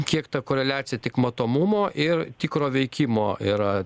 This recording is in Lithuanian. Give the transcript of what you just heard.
kiek ta koreliacija tik matomumo ir tikro veikimo yra